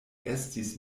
estis